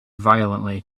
violently